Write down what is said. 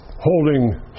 holding